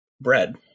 bread